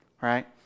right